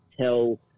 tell